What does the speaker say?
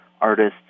artists